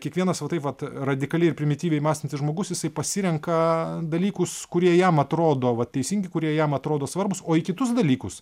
kiekvienas va taip vat radikali ir primityviai mąstantis žmogus jisai pasirenka dalykus kurie jam atrodo vat teisingi kurie jam atrodo svarbūs o į kitus dalykus